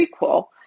prequel